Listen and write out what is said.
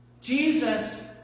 Jesus